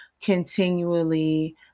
continually